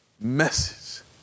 message